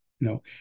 No